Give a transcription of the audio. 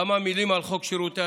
כמה מילים על חוק שירותי